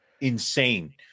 insane